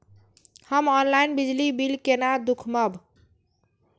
हम ऑनलाईन बिजली बील केना दूखमब?